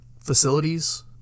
facilities